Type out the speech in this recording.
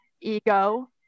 ego